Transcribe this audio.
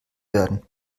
werden